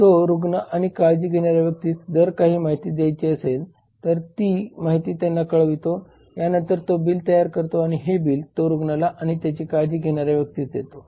तो रुग्ण आणि काळजी घेणाऱ्या व्यक्तीस जर काही माहिती दयायची असेल तर ती माहिती त्यांना कळवतो यानंतर तो बिल तयार करतो आणि हे बिल तो रुग्णाला आणि त्याची काळजी घेणाऱ्या व्यक्तीस देतो